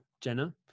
Jenna